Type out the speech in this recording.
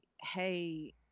hey